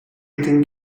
think